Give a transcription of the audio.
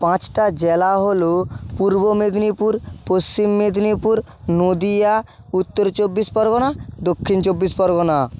পাঁচটা জেলা হলো পূর্ব মেদিনীপুর পশ্চিম মেদিনীপুর নদীয়া উত্তর চব্বিশ পরগনা দক্ষিণ চব্বিশ পরগনা